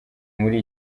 muri